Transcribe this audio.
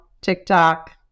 TikTok